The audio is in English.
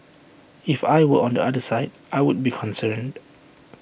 if I were on the other side I would be concerned